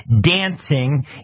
dancing